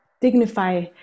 dignify